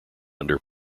under